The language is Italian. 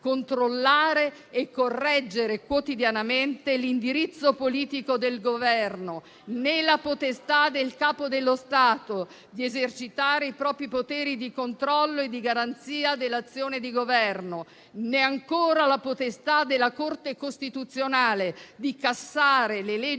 controllare e correggere quotidianamente l'indirizzo politico del Governo, né la potestà del Capo dello Stato di esercitare i propri poteri di controllo e di garanzia dell'azione di Governo, né ancora la potestà della Corte costituzionale di cassare le leggi